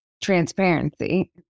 transparency